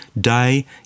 day